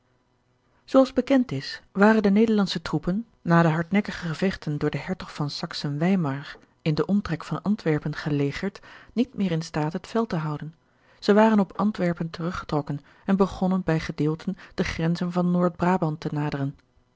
zooals bekend is waren de nederlandsche troepen na de hardnekkige gevechten door den hertog van saksen weimar in den omtrek van antwerpen geleverd niet meer in staat het veld te houden zij waren op antwerpen teruggetrokken en begonnen bij gedeelten de grenzen van noord-brabant te naderen